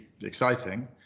exciting